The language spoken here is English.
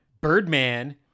birdman